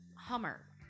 hummer